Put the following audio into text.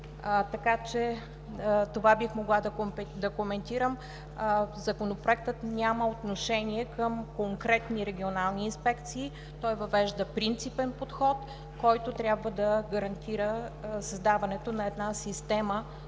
така че това бих могла да коментирам. Законопроектът няма отношение към конкретни регионални инспекции. Той въвежда принципен подход, който трябва да гарантира създаването на една система